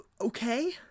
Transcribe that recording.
Okay